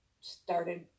started